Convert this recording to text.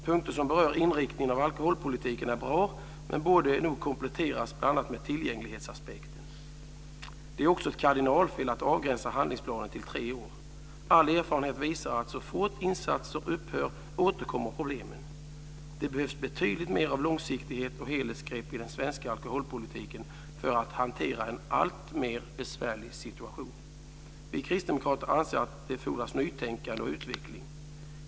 Punkter som rör inriktningen av alkoholpolitiken är bra men borde nog kompletteras med bl.a. tillgänglighetsaspekten. Det är också ett kardinalfel att avgränsa handlingsplanen till tre år. All erfarenhet visar att så fort insatserna upphör återkommer problemen. Det behövs betydligt mer av långsiktighet och helhetsgrepp i den svenska alkoholpolitiken för att hantera en alltmer besvärlig situation. Vi kristdemokrater anser att det fordras nytänkande och utveckling.